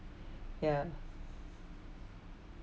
ya